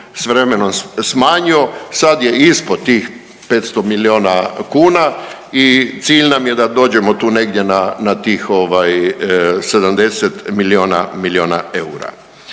s vremenom smanjio, sad je ispod tih 500 milijuna kuna i cilj nam je da dođemo tu negdje na tih 70 milijuna eura.